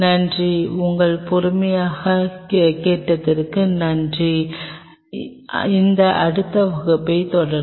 நன்றி உங்கள் பொறுமையாக கேட்டதற்கு நன்றி இந்த அடுத்த வகுப்பைத் தொடரும்